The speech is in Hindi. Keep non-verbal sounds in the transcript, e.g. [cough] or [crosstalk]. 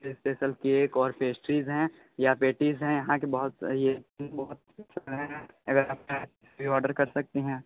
स्पेशल केक और पेस्ट्रीज़ हैं या पैटीज़ है यहाँ के बहुत [unintelligible] भी आर्डर कर सकती हैं